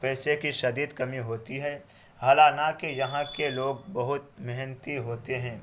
پیسے کی شدید کمی ہوتی ہے حالانکہ یہاں کے لوگ بہت محنتی ہوتے ہیں